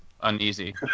uneasy